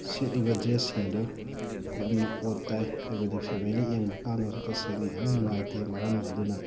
ꯁꯦꯠꯂꯤꯕ ꯗ꯭ꯔꯦꯁꯁꯤꯡꯗꯨ ꯌꯥꯝꯅ ꯑꯣꯠ ꯇꯥꯏ ꯍꯥꯏꯕꯗꯤ ꯐꯦꯃꯦꯂꯤ ꯌꯦꯡꯕꯀꯥꯟꯗꯁꯨ ꯇꯁꯦꯡꯅ ꯌꯥꯝ ꯅꯨꯡꯉꯥꯏꯇꯦ ꯃꯔꯝ ꯑꯗꯨꯅ